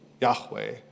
Yahweh